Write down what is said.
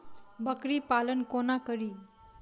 बकरी पालन कोना करि?